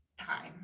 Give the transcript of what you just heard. time